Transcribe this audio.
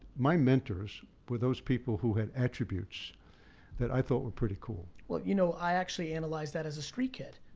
my mentors were those people who had attributes that i thought were pretty cool. you know, i actually analyzed that as a street kid.